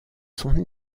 son